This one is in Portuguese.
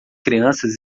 crianças